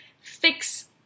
fix